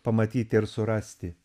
pamatyti ir surasti